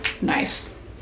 nice